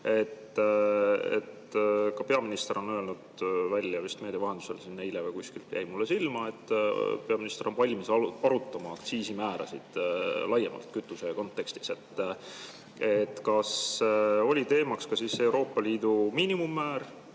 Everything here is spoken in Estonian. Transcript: Ka peaminister on öelnud meedia vahendusel vist eile või kuskilt jäi mulle silma, et ta on valmis arutama aktsiisimäärasid laiemalt kütuse kontekstis. Kas oli teemaks ka Euroopa Liidu miinimummäär,